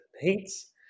heats